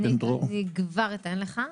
אני כבר אתן לך.